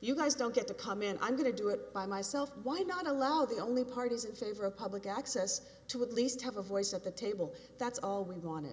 you guys don't get to come in i'm going to do it by myself why not allow the only parties in favor of public access to at least have a voice at the table that's all we want